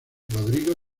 rodrigo